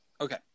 Okay